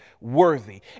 worthy